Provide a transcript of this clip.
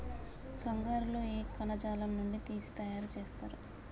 కంగారు లో ఏ కణజాలం నుండి తీసి తయారు చేస్తారు?